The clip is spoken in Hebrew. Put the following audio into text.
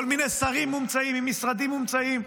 כל מיני שרים מומצאים עם משרדים מומצאים.